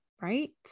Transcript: Right